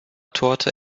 torte